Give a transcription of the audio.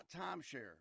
timeshare